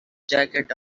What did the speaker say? jacket